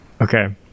Okay